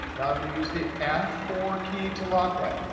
now i'm going to use the f four key to lock that,